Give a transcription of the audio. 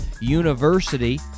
University